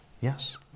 Yes